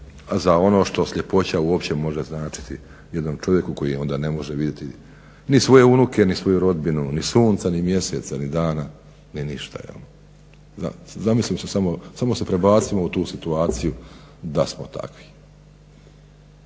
za ono što sljepoća uopće može značiti jednom čovjeku koji onda ne može vidjeti ni svoje unuke ni svoju rodbinu, ni sunca ni mjeseca ni dana, ni ništa. Zamislimo se samo, samo se prebacimo u situaciju da smo takvi.